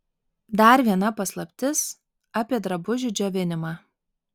dar viena paslaptis apie drabužių džiovinimą